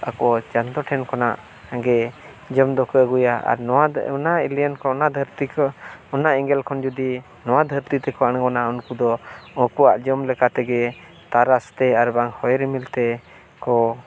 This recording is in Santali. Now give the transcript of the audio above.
ᱟᱠᱚ ᱪᱟᱸᱫᱳ ᱴᱷᱮᱱ ᱠᱷᱚᱱᱟᱜ ᱜᱮ ᱡᱚᱢ ᱫᱚᱠᱚ ᱟᱹᱜᱩᱭᱟ ᱟᱨ ᱱᱚᱣᱟᱫᱚ ᱚᱱᱟ ᱮᱞᱤᱭᱟᱱ ᱠᱚ ᱚᱱᱟ ᱫᱷᱟᱹᱨᱛᱤ ᱠᱚ ᱚᱱᱟ ᱮᱸᱜᱮᱞ ᱠᱷᱚᱱ ᱡᱩᱫᱤ ᱱᱚᱣᱟ ᱫᱷᱟᱹᱨᱛᱤ ᱛᱮᱠᱚ ᱟᱬᱜᱚᱱᱟ ᱩᱱᱠᱩ ᱫᱚ ᱩᱱᱠᱩᱣᱟᱜ ᱡᱚᱢ ᱞᱮᱠᱟ ᱛᱮᱜᱮ ᱛᱟᱨᱟᱥ ᱛᱮ ᱟᱨ ᱵᱟᱝ ᱦᱚᱭ ᱨᱤᱢᱤᱞ ᱛᱮ ᱠᱚ